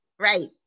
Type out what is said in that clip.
Right